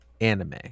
anime